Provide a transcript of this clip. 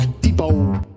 Depot